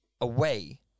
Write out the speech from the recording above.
away